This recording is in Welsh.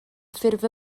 ffurf